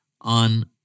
on